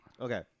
Okay